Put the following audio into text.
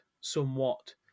somewhat